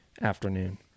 afternoon